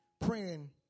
praying